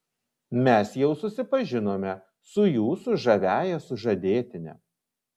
mes jau susipažinome su jūsų žaviąja sužadėtine